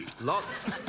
Lots